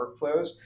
workflows